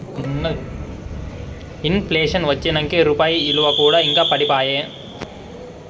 in ప్లేషన్ వచ్చినంకే రూపాయి ఇలువ కూడా ఇంకా పడిపాయే